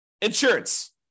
insurance